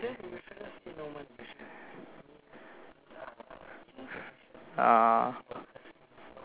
(uh huh)